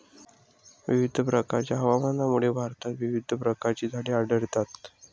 विविध प्रकारच्या हवामानामुळे भारतात विविध प्रकारची झाडे आढळतात